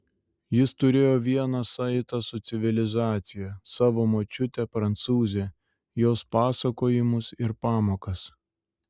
jis turėjo vieną saitą su civilizacija savo močiutę prancūzę jos pasakojimus ir pamokas